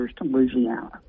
Louisiana